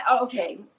Okay